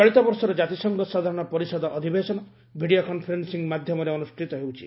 ଚଳିତବର୍ଷର ଜାତିସଂଘ ସାଧାରଣ ପରିଷଦ ଅଧିବେଶନ ଭିଡ଼ିଓ କନ୍ଫରେନ୍ସିଂ ମାଧ୍ୟମରେ ଅନୁଷ୍ଠିତ ହେଉଛି